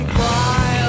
cry